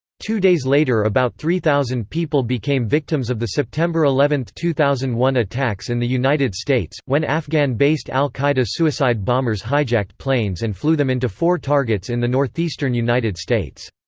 two days later about three thousand people became victims of the september eleven, two thousand and one attacks in the united states, when afghan-based al-qaeda suicide bombers hijacked planes and flew them into four targets in the northeastern united states.